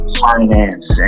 finance